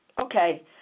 Okay